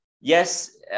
Yes